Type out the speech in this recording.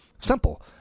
Simple